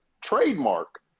trademark